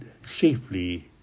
safely